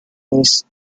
place